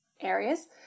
areas